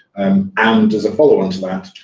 and as a follow-on to that,